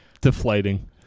Deflating